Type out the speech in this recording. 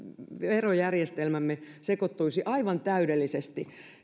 verojärjestelmämme sekoittuisivat aivan täydellisesti